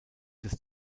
des